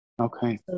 Okay